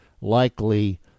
likely